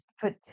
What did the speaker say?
put